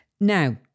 Now